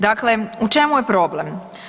Dakle, u čemu je problem?